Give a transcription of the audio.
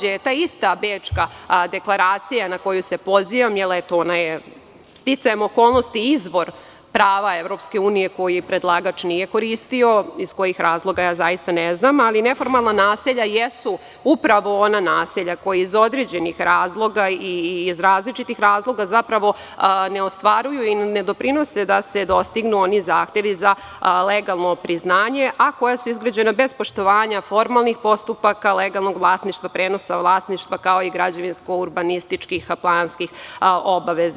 Naravno ta ista Bečka deklaracija na koju se pozivam, sticajem okolnosti izvor prava EU koju predlagač nije koristio, iz kojih razloga zaista ne znam, ali neformalna naselja jesu upravo ona naselja koja iz određenih razloga i iz različitih razloga zapravo ne ostvaruju i ne doprinose da se dostignu oni zahtevi za legalno priznanje, a koja su izgrađena bez poštovanja formalnih postupaka legalnog vlasništva, prenosa vlasništva kao i građevinsko urbanističkih planskih obaveza.